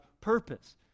purpose